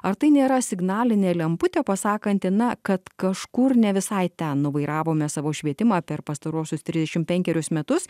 ar tai nėra signalinė lemputė pasakanti na kad kažkur ne visai ten nuvairavome savo švietimą per pastaruosius trisdešim penkerius metus